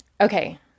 Okay